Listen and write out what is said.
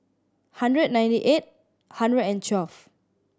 hundred ninety eight hundred and twelve